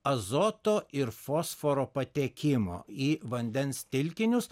azoto ir fosforo patekimo į vandens telkinius